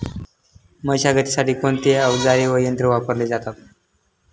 मशागतीसाठी कोणते अवजारे व यंत्र वापरले जातात?